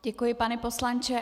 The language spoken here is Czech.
Děkuji, pane poslanče.